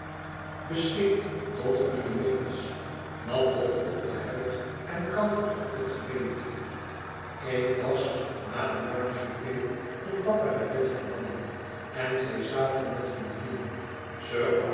beslikt tot hunne middels nat tot op de huid en koud tot op het gebeente eve was na een warm souper door papa naar bed verbannen en zij zaten met hun drieën